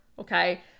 okay